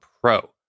pro